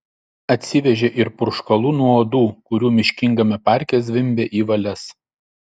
atsivežė ir purškalų nuo uodų kurių miškingame parke zvimbė į valias